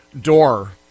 door